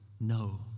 no